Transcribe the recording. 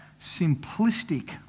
simplistic